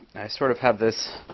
sort of have this